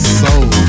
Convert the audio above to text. soul